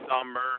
summer